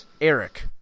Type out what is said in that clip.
Eric